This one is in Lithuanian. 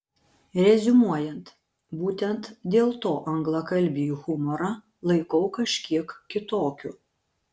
reziumuojant būtent dėl to anglakalbį humorą laikau kažkiek kitokiu